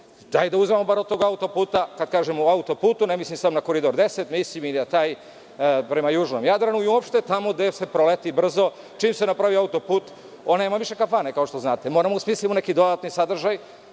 bar da uzmemo od tog auto-puta, kad kažem auto-put ne mislim samo na Koridor 10, mislim i na taj prema južnom Jadranu, i uopšte tamo gde se proleti brzo. Čim se napravi auto-put, oni imaju obične kafane kao što znate, moramo da smislimo neki dodatni sadržaj.